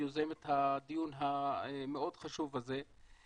יוזמת הדיון המאוד חשוב הזה.